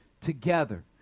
together